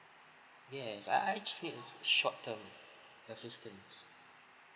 yes I I actually short term assistant